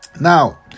Now